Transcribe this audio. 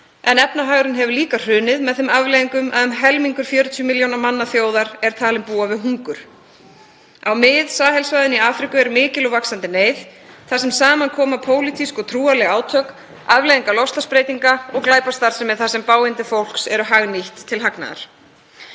en efnahagurinn hefur líka hrunið með þeim afleiðingum að um helmingur fjörutíu milljóna manna þjóðar er talinn búa við hungur. Á Mið-Sahel svæðinu í Afríku er mikil og vaxandi neyð, þar sem saman koma pólitísk og trúarleg átök, afleiðingar loftslagsbreytinga og glæpastarfsemi þar sem bágindi fólks eru hagnýtt til hagnaðar.